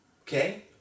okay